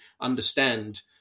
understand